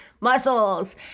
muscles